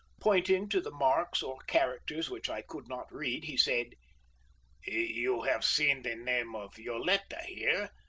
pointing to the marks or characters which i could not read, he said you have seen the name of yoletta here,